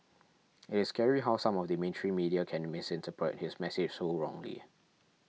it is scary how some of the mainstream media can misinterpret his message so wrongly